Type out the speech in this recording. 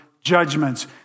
judgments